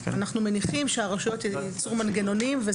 אנחנו מניחים שהרשויות יצרו מנגנונים.